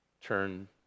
turn